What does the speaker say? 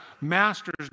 master's